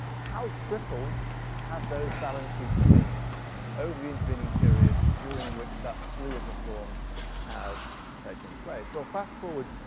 how crippled have those balance sheets been over the intervening period during which that slew of reform has taken place? well fast forward,